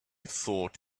thought